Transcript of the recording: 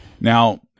Now